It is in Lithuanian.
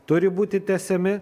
turi būti tęsiami